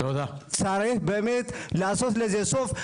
צריך לעשות לזה סוף,